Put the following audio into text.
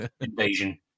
Invasion